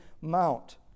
mount